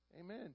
amen